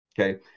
okay